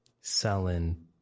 selling